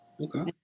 Okay